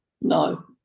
no